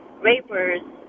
rapers